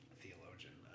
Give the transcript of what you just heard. theologian